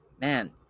Man